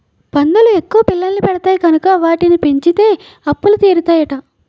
పందులు ఎక్కువ పిల్లల్ని పెడతాయి కనుక వీటిని పెంచితే అప్పులు తీరుతాయట